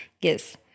Yes